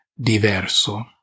diverso